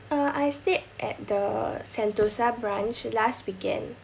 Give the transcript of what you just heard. uh I stayed at the sentosa branch last weekend